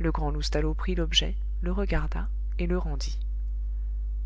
le grand loustalot prit l'objet le regarda et le rendit